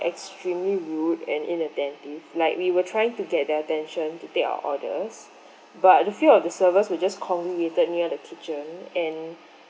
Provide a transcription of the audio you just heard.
extremely rude and inattentive like we were trying to get their attention to take our orders but the few of the servers were just congregated near the kitchen and